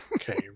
Okay